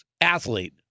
athlete